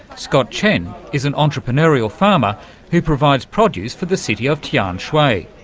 scott chen is an entrepreneurial farmer who provides produce for the city of tianshui,